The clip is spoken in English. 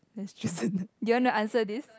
do you want to answer this